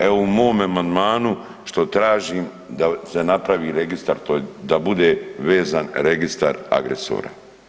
Evo u mom amandmanu što tražim da se napravi registar, tj. da bude vezan registar agresora.